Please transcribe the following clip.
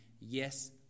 Yes